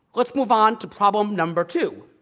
let's move on to problem number two.